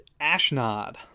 Ashnod